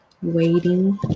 Waiting